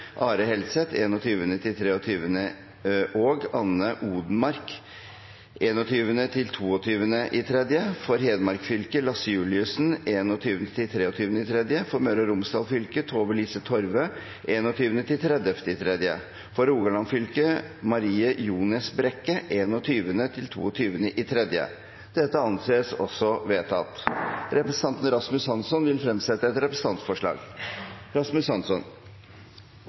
Are Helseth fra 21. mars til 23. mars og Anne Odenmarck fra 21. mars til 22. mars For Hedmark fylke: Lasse Juliussen fra 21. mars til 23. mars For Møre og Romsdal fylke: Tove-Lise Torve fra 21. mars til 30. mars For Rogaland fylke: Marie Ljones Brekke fra 21. mars til 22. mars Representanten Rasmus Hansson vil fremsette et representantforslag.